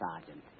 Sergeant